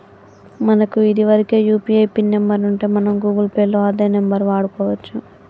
మనకు ఇదివరకే UPI pin number ఉంటే మనం గూగుల్ పే లో అదే నెంబర్ వాడుకోవచ్చు